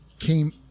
came